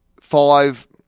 five